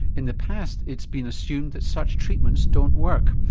in the past it's been assumed that such treatments don't work.